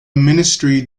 ministry